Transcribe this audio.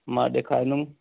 मां ॾेखारींदुमि